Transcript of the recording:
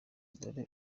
dore